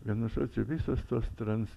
vienu žodžiu visos tos trans